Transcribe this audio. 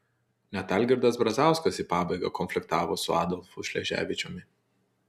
net algirdas brazauskas į pabaigą konfliktavo su adolfu šleževičiumi